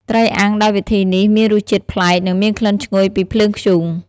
ត្រីអាំងដោយវិធីនេះមានរសជាតិប្លែក និងមានក្លិនឈ្ងុយពីភ្លើងធ្យូង។